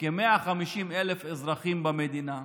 לכ-150,000 אזרחים במדינה,